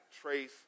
trace